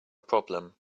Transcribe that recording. problem